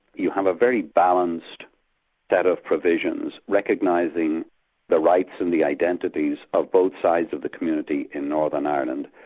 you have a very balanced set of provisions recognising the rights and the identities of both sides of the community in northern ireland,